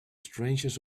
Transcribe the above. strangest